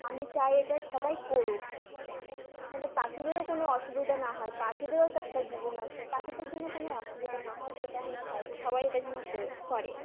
আমি চাই এটা সবাই করুক যতে পাখিদেরও কোনো অসুবিধা না হয় পাখিদেরও তো একটা জীবন আছে পাখিদের যেন কোনো অসুবিধা না হয় সেটা আমি চাই যে সবাই এটা যেন করে করে